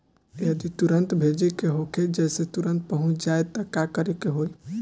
जदि तुरन्त भेजे के होखे जैसे तुरंत पहुँच जाए त का करे के होई?